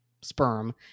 sperm